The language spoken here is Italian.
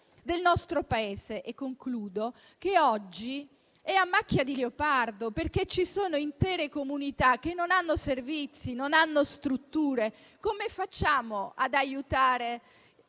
del nostro Paese che oggi è a macchia di leopardo, perché ci sono intere comunità che non hanno servizi, né strutture. Come facciamo ad aiutare